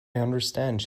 understand